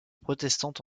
protestante